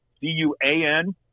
D-U-A-N